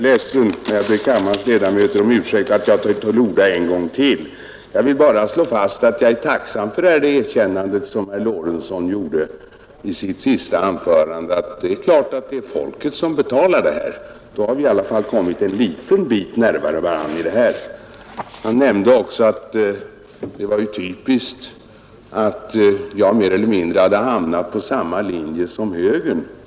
Fru talman! Jag ber kammarens ledamöter om ursäkt för att jag tar till orda än en gång. Jag vill bara slå fast, att jag är tacksam för det erkännande som herr Lorentzon gjorde i sitt sista anförande om att det är folket som betalar detta. Då har vi i alla fall kommit varandra en bit närmare. Han nämnde också att det var typiskt att jag mer eller mindre hamnat på samma linje som moderaterna.